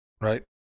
Right